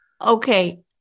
Okay